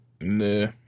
Nah